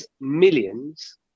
millions